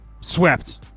swept